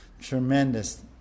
tremendous